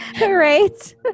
right